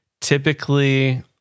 Typically